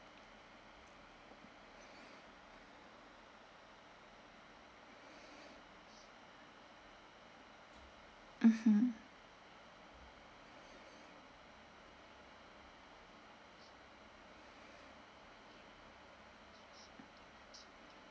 mmhmm